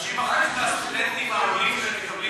הלוואי 30% היו יוצאי